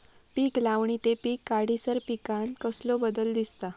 पीक लावणी ते पीक काढीसर पिकांत कसलो बदल दिसता?